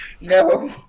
no